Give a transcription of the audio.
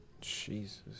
Jesus